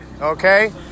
okay